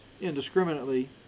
indiscriminately